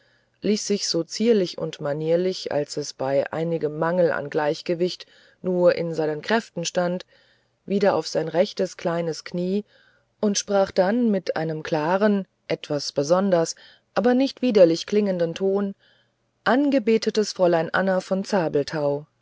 ließ sich so zierlich und manierlich als es bei einigem mangel an gleichgewicht nur in seinen kräften stand nieder auf sein rechtes kleines knie und sprach dann mit einem klaren etwas besonders aber nicht eben widerlich klingenden ton angebetetes fräulein anna von